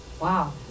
Wow